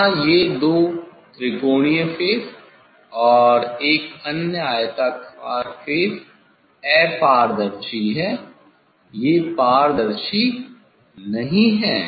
यहाँ ये दो त्रिकोणीय फेस और एक अन्य आयताकार फेस अपारदर्शी हैं ये पारदर्शी नहीं हैं